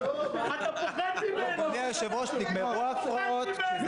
--- אדוני היושב-ראש, נגמרו ההפרעות?